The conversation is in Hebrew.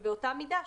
באותה מידה,